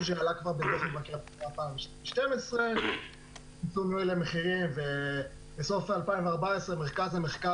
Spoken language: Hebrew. שעלה כבר בדוח המבקר של 2012. בסוף שנת 2014 מרכז המחקר